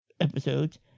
episodes